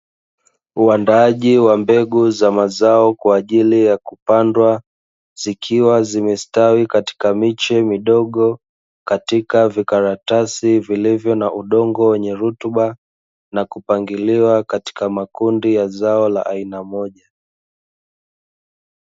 Uandaaji wa mbegu za mazao kwa ajili ya kupandwa, zikiwa zimestawi katika miche midogo katika vikaratasi vilivyo na udongo wenye rutuba, na kupangiliwa katika makundi ya zao la aina moja.